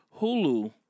hulu